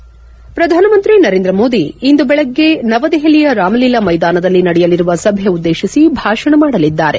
head ಪ್ರಧಾನಮಂತ್ರಿ ನರೇಂದ್ರ ಮೋದಿ ಇಂದು ಬೆಳಗ್ಗೆ ನವದೆಹಲಿಯ ರಾಮಲೀಲಾ ಮೈದಾನದಲ್ಲಿ ನಡೆಯಲಿರುವ ಸಭೆ ಉದ್ದೇಶಿಸಿ ಭಾಷಣ ಮಾಡಲಿದ್ದಾರೆ